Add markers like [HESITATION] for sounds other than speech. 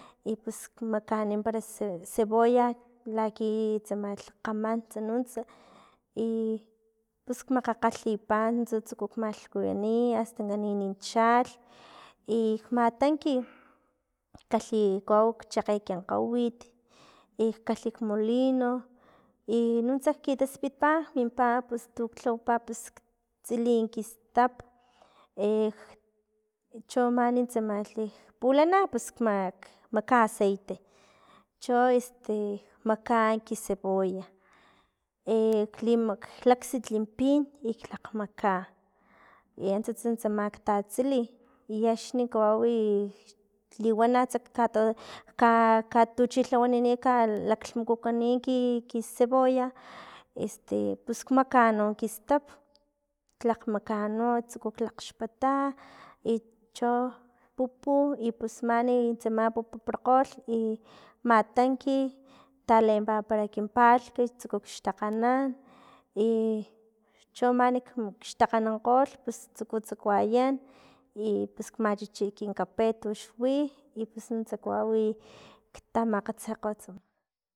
I pus makani para ce- cebolla laki tsamalh kgaman nuntsa i pus makgakgalhipalh nuntsa tsuku malhkuyuni astan kanin chalh, i kmatanki kalhi kawau chakge kin kgawit, ikalhik molino, inuntsa kitaspitpa mimpa pus tuk lhawapa pus t- tsili kistap [HESITATION] cho man tsamalhi pulana pus mak- makaa aceite, cho [HESITATION] makaa ki cebolla [HESITATION] klima klaksit pin i klakgmakaa i antsatsan tsama ktatsili, i axni kawau iliwanatsa kata- ka- katuchilhawani kalaklhmukukani ki- ki cebolla este pus makaa no kistap lakgmakaa no tsuku lakgxpata, i cho pupui pus mani tsama pupuparakgolh, i matanki i talempa kin palhktsuku kxtakganan, i cho mani kxtakganankgolh pus tsuku tsakuayan i pus machihi kin kape tuxwi i pus nuntsa kawawi xtamakgatsekgolh tsama.